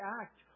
act